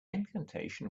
incantation